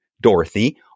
Dorothy